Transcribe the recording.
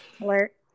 Alert